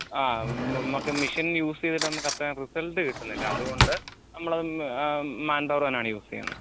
ആ നമുക്ക് machine use ചെയ്തിട്ട് നമുക്ക് അത്ര റിസൾട്ട് കിട്ടുന്നില്ല അതുകൊണ്ട് നമ്മളത് മാൻ പവറ് തന്നെയാണ് യൂസ് ചെയ്യുന്നത്